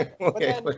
Okay